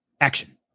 Action